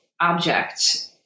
object